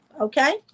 okay